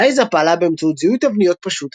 אלייזה פעלה באמצעות זיהוי תבניות פשוט